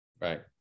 Right